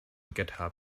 github